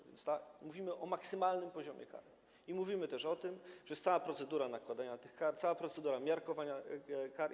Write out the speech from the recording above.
A więc mówimy o maksymalnym poziomie kar i mówimy też o tym, że jest cała procedura nakładania tych kar, cała procedura miarkowania kar.